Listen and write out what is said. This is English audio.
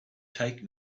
take